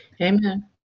Amen